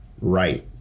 right